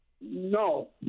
No